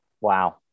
wow